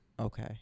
Okay